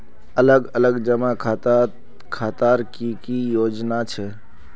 अलग अलग जमा खातार की की योजना छे?